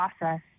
process